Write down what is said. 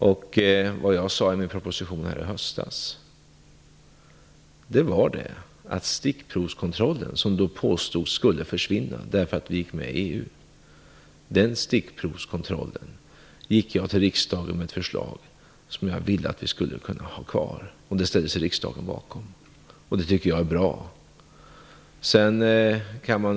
Det påstods, som jag sade i min proposition i höstas, att stickprovskontrollen skulle försvinna därför att vi gick med i EU. Jag gick till riksdagen med ett förslag att vi skulle kunna ha kvar stickprovskontrollen. Det ställde sig riksdagen bakom, och det tycker jag är bra.